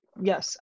yes